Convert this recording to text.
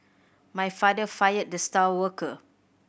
my father fired the star worker